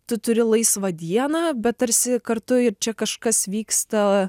tu turi laisvą dieną bet tarsi kartu ir čia kažkas vyksta